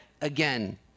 again